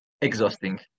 Exhausting